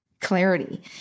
clarity